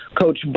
coach